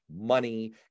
money